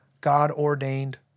God-ordained